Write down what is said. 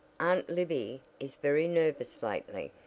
aunt libby is very nervous lately.